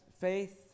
faith